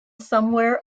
somewhere